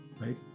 right